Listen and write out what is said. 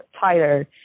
tighter